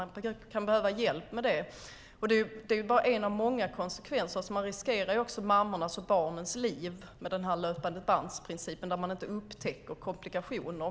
Man kan behöva hjälp med det. Och det är bara en av många konsekvenser. Man riskerar också mammornas och barnens liv med den här löpandebandsprincipen, där man inte upptäcker komplikationer.